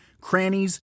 crannies